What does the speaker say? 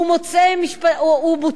הוא מוצא משפטי